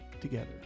together